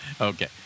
Okay